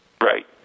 Right